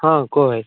ହଁ କୁହ ଭାଇ